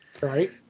Right